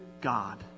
God